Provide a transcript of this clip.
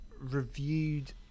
reviewed